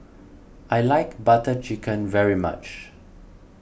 I like Butter Chicken very much